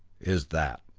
is that!